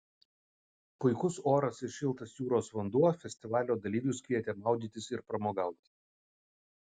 puikus oras ir šiltas jūros vanduo festivalio dalyvius kvietė maudytis ir pramogauti